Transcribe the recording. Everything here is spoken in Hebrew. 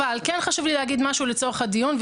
כן חשוב לי להגיד משהו לצורך הדיון,